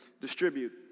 distribute